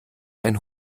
ein